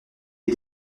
est